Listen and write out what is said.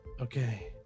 Okay